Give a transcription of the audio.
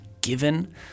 given